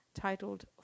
titled